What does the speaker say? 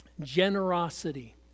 generosity